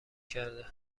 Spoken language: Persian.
کرده